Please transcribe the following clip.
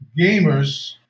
gamers